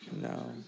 No